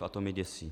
A to mě děsí.